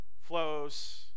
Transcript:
flows